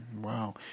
Wow